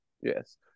Yes